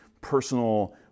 personal